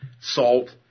Salt